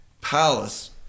palace